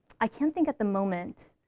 i can't think, at the moment,